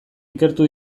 ikertu